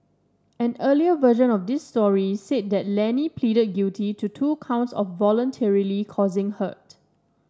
an earlier version of this story said that Lenny pleaded guilty to two counts of voluntarily causing hurt